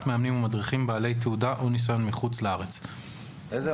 מאמנים ומדריכים בעלי תעודה או ניסיון מחוץ-לארץ 4. (א)